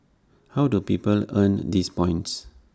how do people earn these points